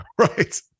Right